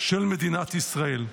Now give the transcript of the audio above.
של מדינת ישראל.